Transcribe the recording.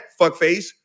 fuckface